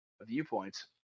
viewpoints